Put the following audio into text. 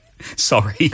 Sorry